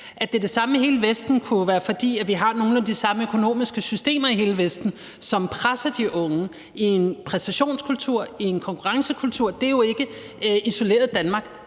At det er det samme i hele Vesten, kunne være, fordi vi har nogle af de samme økonomiske systemer i hele Vesten, som presser de unge i en præstationskultur, i en konkurrencekultur. Det er jo ikke isoleret i Danmark;